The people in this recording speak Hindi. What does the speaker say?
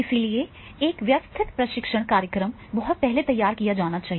इसलिए एक व्यवस्थित प्रशिक्षण कार्यक्रम बहुत पहले तैयार किया जाना है